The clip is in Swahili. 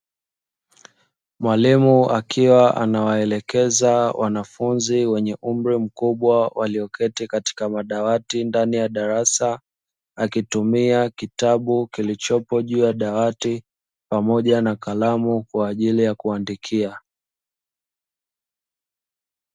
Mwalimu akiwa anawaelekeza wanafunzi wenye umri mkubwa, walioketi katika madawati ndani ya darasa, akitumia kitabu kilichopo juu ya dawati, pamoja na kalamu kwa ajili ya kuandikia.